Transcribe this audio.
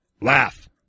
Laugh